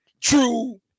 true